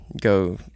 go